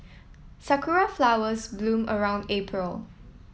sakura flowers bloom around April